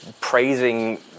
praising